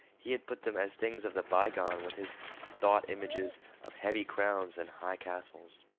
he had put them as things of the bygone with his thought-images of heavy crowns and high castles.